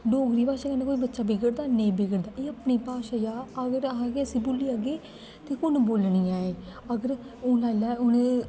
डोगरी भाशा कन्नै कोई बच्चा बिगड़दा नेईं बिगड़दा एह् अपनी भाशा ऐ अगर अह् गै इस्सी भुल्ली जाग्गे ते कु'न बोलनी ऐ एह् अगर हून लाई लैओ उ'नें